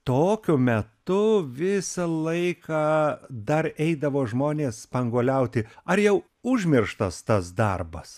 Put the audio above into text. tokiu metu visą laiką dar eidavo žmonės spanguoliauti ar jau užmirštas tas darbas